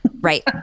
Right